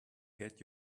get